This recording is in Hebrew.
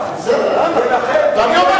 לו: אין להב.